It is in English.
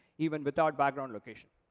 even without background location.